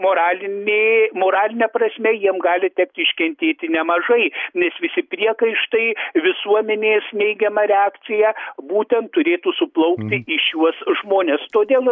moralinė moraline prasme jiem gali tekti iškentėti nemažai nes visi priekaištai visuomenės neigiama reakcija būtent turėtų suplaukti į šiuos žmones todėl